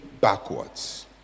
backwards